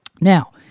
Now